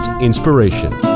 inspiration